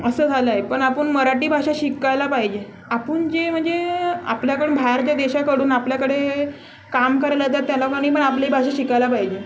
असं झालं आहे पण आपण मराठी भाषा शिकायला पाहिजे आपण जे म्हणजे आपल्याकडून बाहेरच्या देशाकडून आपल्याकडे काम करायला येतात त्या लोकांनी पण आपली भाषा शिकायला पाहिजे